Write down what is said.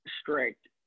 strict